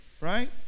right